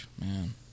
man